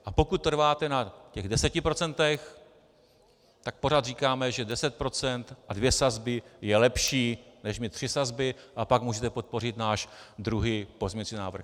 A pokud trváte na těch 10 procentech, tak pořád říkáme, že 10 procent a dvě sazby je lepší než mít tři sazby, a pak můžete podpořit náš druhý pozměňující návrh.